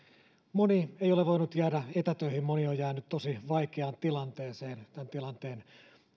moni ei ole voinut jäädä etätöihin moni on jäänyt tosi vaikeaan tilanteeseen tämän tilanteen ja